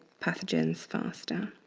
pathogens faster.